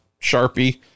Sharpie